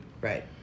Right